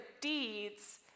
deeds